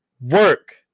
work